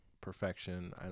perfection